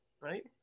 right